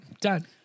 Done